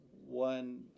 One